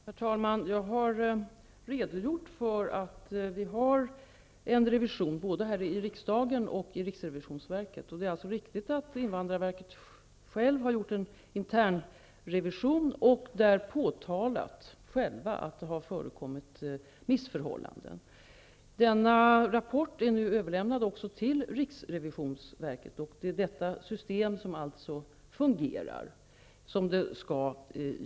Herr talman! Jag har redogjort för att vi har en revision både här i riksdagen och inom riksrevisionsverket. Det är riktigt att man på invandrarverket själv har gjort en internrevision och där påtalat att det har förekommit missförhållanden. Denna rapport är nu överlämnad även till riksrevisionsverket, och detta system fungerar alltså som det skall.